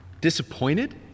Disappointed